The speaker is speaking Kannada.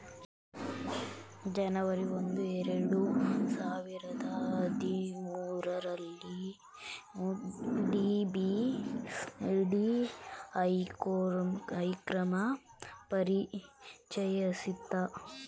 ಜನವರಿ ಒಂದು ಎರಡು ಸಾವಿರದ ಹದಿಮೂರುರಲ್ಲಿ ಡಿ.ಬಿ.ಡಿ ಕಾರ್ಯಕ್ರಮ ಪರಿಚಯಿಸಿತು